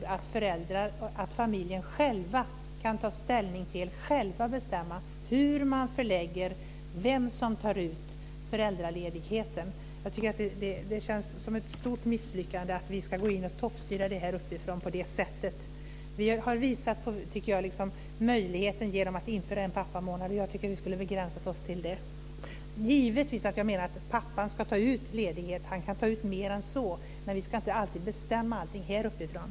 Jag tror att familjen själv kan bestämma vem som ska ta ut föräldraledigheten. Jag tycker att det känns som ett stort misslyckande att vi ska gå in och toppstyra detta här uppifrån på det sättet. Jag tycker att vi har visat på möjligheten genom att införa en pappamånad, och jag tycker att vi skulle ha begränsat oss till det. Jag menar givetvis att pappan ska ta ut ledighet, och han kan ta ut mer ledighet än så. Men vi ska inte alltid bestämma allting här uppifrån.